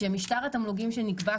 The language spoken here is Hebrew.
שמשטר התמלוגים שנקבע,